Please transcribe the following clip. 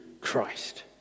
Christ